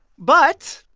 but,